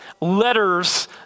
letters